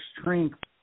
strength